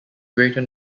greater